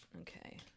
Okay